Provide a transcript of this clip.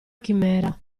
chimera